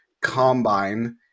combine